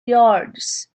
yards